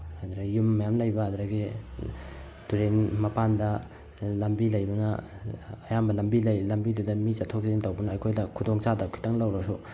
ꯑꯗꯨꯗꯒꯤ ꯌꯨꯝ ꯃꯌꯥꯝ ꯂꯩꯕ ꯑꯗꯨꯗꯒꯤ ꯇꯨꯔꯦꯟ ꯃꯄꯥꯟꯗ ꯂꯝꯕꯤ ꯂꯩꯕꯅ ꯑꯌꯥꯝꯕ ꯂꯝꯕꯤ ꯂꯩ ꯂꯝꯕꯤꯗꯨꯗ ꯃꯤ ꯆꯠꯊꯣꯛ ꯆꯠꯁꯤꯟ ꯇꯧꯕꯅ ꯑꯩꯈꯣꯏꯗ ꯈꯨꯗꯣꯡ ꯆꯥꯗꯕ ꯈꯤꯇꯪ ꯂꯩꯔꯁꯨ